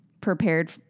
prepared